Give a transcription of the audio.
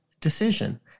decision